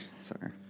Sorry